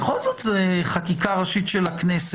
בכל זאת, זאת חקיקה ראשית של הכנסת.